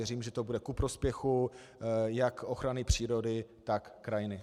Věřím, že to bude ku prospěchu jak ochrany přírody, tak krajiny.